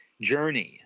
journey